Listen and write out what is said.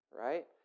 right